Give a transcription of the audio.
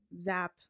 Zap